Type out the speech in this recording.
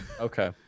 Okay